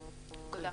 תודה.